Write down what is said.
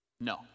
No